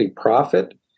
profit